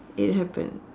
it happen